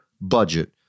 budget